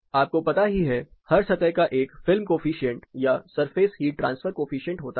आपको पता ही है हर सतह का एक फिल्म कॉएफिशिएंट या सरफेस हीट ट्रांसफर कॉएफिशिएंट होता है